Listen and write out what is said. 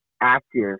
active